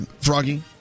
Froggy